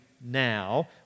now